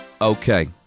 Okay